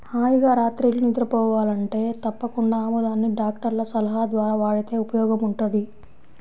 హాయిగా రాత్రిళ్ళు నిద్రబోవాలంటే తప్పకుండా ఆముదాన్ని డాక్టర్ల సలహా ద్వారా వాడితే ఉపయోగముంటది